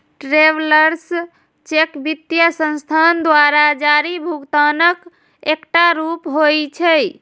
travellers cheque वित्तीय संस्थान द्वारा जारी भुगतानक एकटा रूप होइ छै